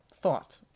thought